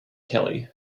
kelley